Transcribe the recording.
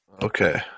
Okay